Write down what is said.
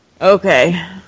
Okay